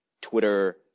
Twitter